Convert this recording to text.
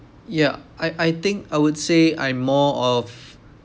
yeah I I think I would say I'm more of